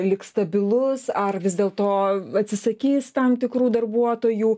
liks stabilus ar vis dėlto atsisakys tam tikrų darbuotojų